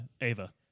Ava